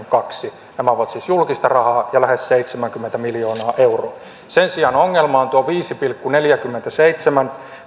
kaksi nämä ovat siis julkista rahaa ja lähes seitsemänkymmentä miljoonaa euroa sen sijaan ongelma on tuo viisi pilkku neljäkymmentäseitsemän